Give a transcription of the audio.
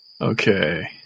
Okay